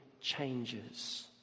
changes